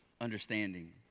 understanding